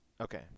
Okay